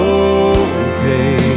okay